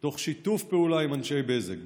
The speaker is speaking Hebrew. תוך שיתוף פעולה עם אנשי בזק,